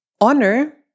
Honor